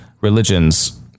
religions